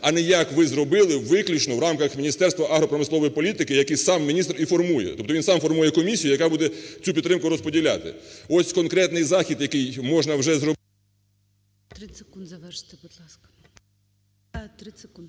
А не як ви зробили виключно в рамках Міністерства агропромислової політики, які сам міністр і формує, тобто він сам формує комісію, яка буде цю підтримку розподіляти. Ось конкретний захід, який можна вже…